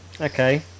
Okay